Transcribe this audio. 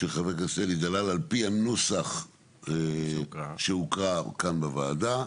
של ח"כ אלי דלל, על פי הנוסח שהוקרא כאן בוועדה.